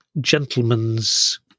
gentlemen's